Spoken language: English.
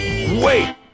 Wait